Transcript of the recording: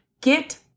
Get